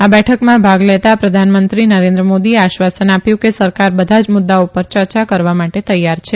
આ બેઠકમાં ભાગ લેતાં પ્રધાનમંત્રી નરેન્દ્ર મોદીએ આશ્વાસન આપ્યું કે સરકાર બધા જ મુદ્દાઓ ઉપર ચર્ચા માટે તૈથાર છે